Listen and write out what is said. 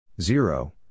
Zero